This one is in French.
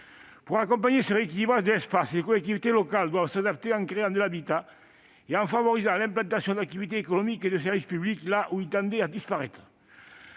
Pour accompagner ce rééquilibrage de l'espace, les collectivités locales doivent s'adapter en créant de l'habitat et en favorisant l'implantation d'activités économiques et de services publics là où ils tendaient à disparaître.